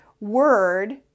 word